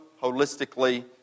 holistically